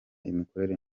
imikorere